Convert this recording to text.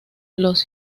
los